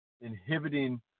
inhibiting